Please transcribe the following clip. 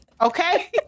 Okay